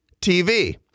TV